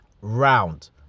round